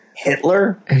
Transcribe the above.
Hitler